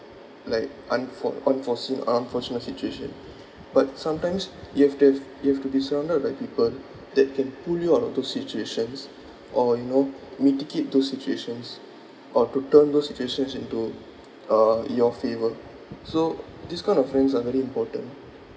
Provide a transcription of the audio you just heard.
like unfo~ unforeseen or unfortunate situation but sometimes you have to have you have to be surrounded by people that can pull you out of those situations or you know mitigate those situations or to turn those situations into uh your favour so this kind of friends are very important